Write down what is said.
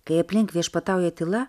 kai aplink viešpatauja tyla